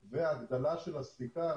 השונים.